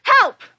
help